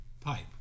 pipe